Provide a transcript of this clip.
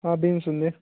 beans ఉంది